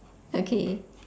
okay